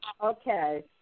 okay